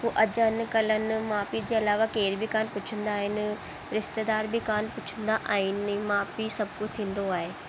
हू अॼु आहिनि कल्ह आहिनि माउ पीउ जे अलावा केरु बि कान पुछंदा आहिनि रिश्तेदार बि कान पुछंदा आहिनि माउ पीउ सभु कुझु थींदो आहे